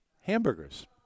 hamburgers